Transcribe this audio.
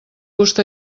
gust